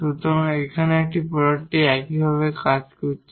সুতরাং এখানে এই প্রোডাক্টটি একইভাবে কাজ করছে